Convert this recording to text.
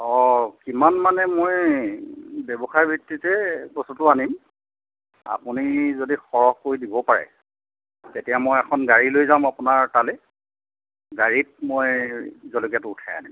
অঁ কিমান মানে মই ব্যৱসায় ভিত্তিতেই বস্তুটো আনিম আপুনি যদি সৰহকৈ দিব পাৰে তেতিয়া মই এখন গাড়ী লৈ যাম আপোনাৰ তালৈ গাড়ীত মই জলকীয়াটো উঠাই আনিম